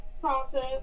process